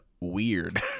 weird